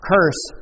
Curse